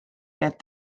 keelt